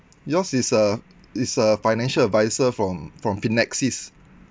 yours is a is a financial advisor from from finexis